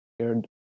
scared